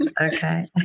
okay